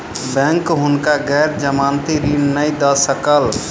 bank हुनका गैर जमानती ऋण नै दय सकल